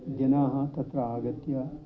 जनाः तत्र आगत्य